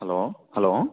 hello hello